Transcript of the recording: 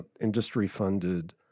industry-funded